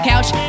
Couch